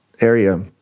area